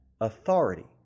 Authority